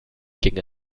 ging